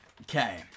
Okay